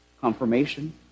confirmation